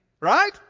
Right